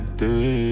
day